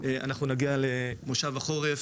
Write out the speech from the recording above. אנחנו נגיע לזה במושב החורף.